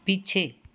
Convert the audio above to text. पीछे